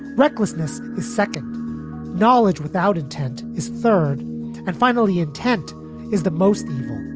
recklessness. the second knowledge without intent is third and final. the intent is the most evil